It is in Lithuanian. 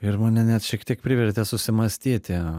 ir mane net šiek tiek privertė susimąstyti